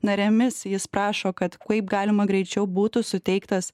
narėmis jis prašo kad kaip galima greičiau būtų suteiktas